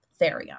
Therion